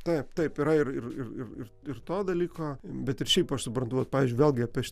taip taip yra ir ir ir to dalyko bet ir šiaip aš suprantu vat pavyzdžiu vėlgi apie šitą